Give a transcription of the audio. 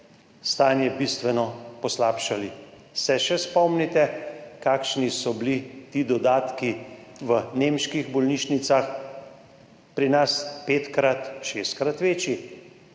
bistveno poslabšali. Se še spomnite, kakšni so bili ti dodatki v nemških bolnišnicah? Pri nas petkrat, šestkrat večji.